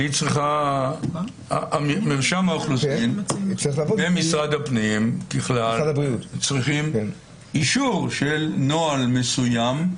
אבל מרשם האוכלוסין ומשרד הפנים ככלל צריכים אישור של נוהל מסוים,